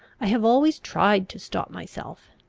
i have always tried to stop myself,